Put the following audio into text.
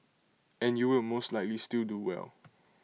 and you will most likely still do well